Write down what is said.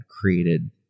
created